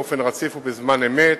באופן רציף ובזמן אמת,